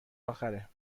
آخره